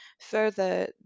further